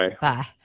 bye